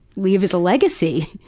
leave as a legacy.